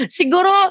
siguro